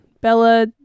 Bella